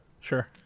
Sure